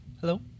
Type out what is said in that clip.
Hello